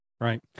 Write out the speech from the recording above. Right